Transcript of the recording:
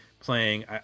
Playing